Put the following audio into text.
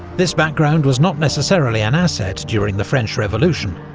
this background was not necessarily an asset during the french revolution,